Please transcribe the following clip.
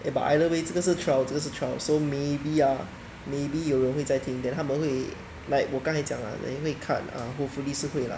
but either way 这个是 trial 这个是 trial so maybe ah maybe 有人会在听 then 他们会 like 我刚才讲 lah then 会 cut ah hopefully 是会 lah